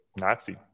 nazi